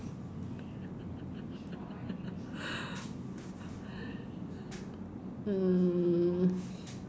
mm